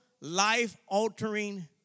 life-altering